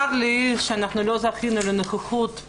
צר לי שלא זכינו לנוכחות של